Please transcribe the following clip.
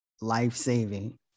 life-saving